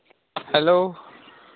hello